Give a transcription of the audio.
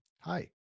Hi